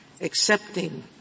accepting